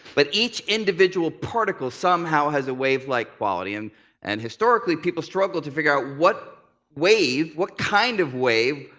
but each individual particle somehow has a wave-like quality. and and historically, people struggled to figure out what wave, what kind of wave,